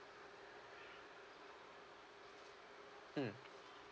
mm